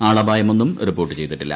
ആളപായമൊന്നും report ചെയ്തിട്ടില്ല